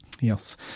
Yes